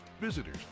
visitors